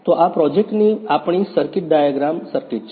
તો આ પ્રોજેક્ટની આપણી સર્કિટ ડાયાગ્રામ સર્કિટ છે